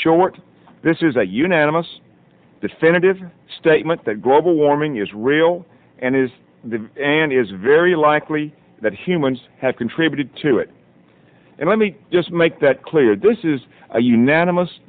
short this is a unanimous definitive statement that global warming is real and is and is very likely that humans have contributed to it and let me just make that clear this is a unanimous